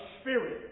spirit